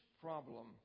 problem